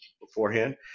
beforehand